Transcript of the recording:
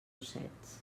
ossets